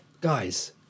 guys